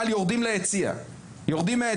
יורד מהיציע למגרש.